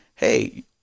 hey